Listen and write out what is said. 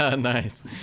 Nice